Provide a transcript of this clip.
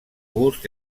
gust